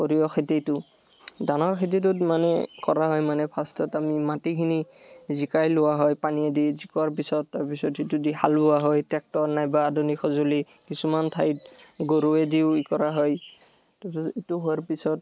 সৰিয়হ খেতিটো ধানৰ খেতিটোত মানে কৰা হয় মানে ফাষ্টত আমি মাটিখিনি জিকাই লোৱা হয় পানীয়েদি জিকোৱাৰ পিছত তাৰপিছত সেইটো দি হাল বোৱা হয় ট্ৰেক্টৰ নাইবা আধুনিক সঁজুলি কিছুমান ঠাইত গৰুৱেদিও ই কৰা হয় ইটো হোৱাৰ পিছত